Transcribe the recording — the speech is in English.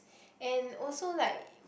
and also like